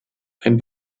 ein